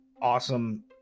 awesome